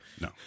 No